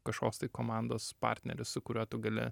kažkoks tai komandos partneris su kuriuo tu gali